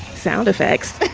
sound effects